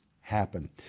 happen